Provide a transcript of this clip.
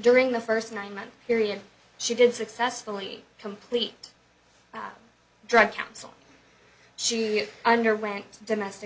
during the first nine month period she did successfully complete drug counseling she underwent domestic